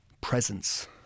presence